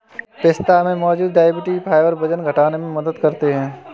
पिस्ता में मौजूद डायट्री फाइबर वजन घटाने में मदद करते है